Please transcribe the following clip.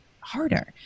harder